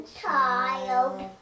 child